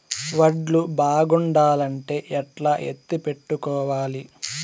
వడ్లు బాగుండాలంటే ఎట్లా ఎత్తిపెట్టుకోవాలి?